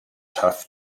tough